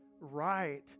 right